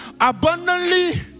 abundantly